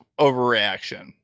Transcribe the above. overreaction